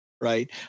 Right